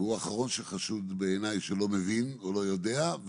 והוא האחרון שחשוד בעיניי שלא מבין או לא יודע,